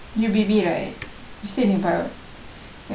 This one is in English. you B_B right stay here